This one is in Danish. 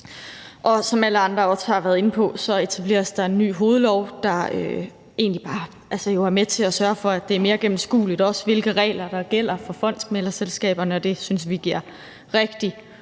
Som alle andre også har været inde på, etableres der en ny hovedlov, der jo egentlig bare er med til at sørge for, at det er mere gennemskueligt, også med hensyn til hvilke regler der gælder for fondsmæglerselskaberne. Det synes vi giver rigtig